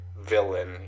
villain